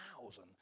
thousand